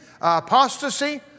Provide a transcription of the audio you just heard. apostasy